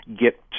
get